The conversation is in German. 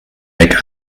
weg